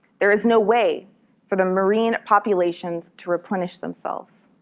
there is no way for the marine populations to replenish themselves.